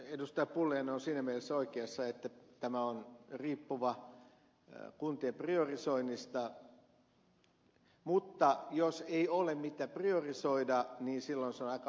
pulliainen on siinä mielessä oikeassa että tämä riippuu kuntien priorisoinnista mutta jos ei ole mitä priorisoida niin silloin se on aika hankalaa